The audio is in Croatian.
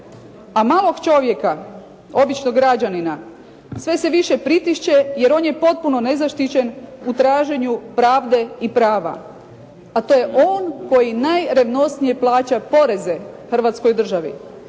A malog čovjeka, običnog građanina sve se više pritišće, jer on je potpuno nezaštićen u traženju pravde i prava, a to je on koji najrevnosnije plaća poreze Hrvatskoj državi